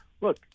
Look